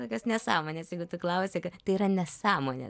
tokios nesąmonės jeigu klausia tai yra nesąmonė